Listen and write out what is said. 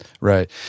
Right